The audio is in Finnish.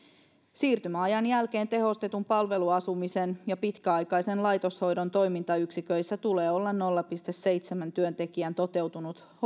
siirtymäajan jälkeen tehostetun palveluasumisen ja pitkäaikaisen laitoshoidon toimintayksiköissä tulee olla nolla pilkku seitsemän työntekijän toteutunut